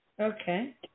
Okay